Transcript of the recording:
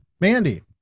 Mandy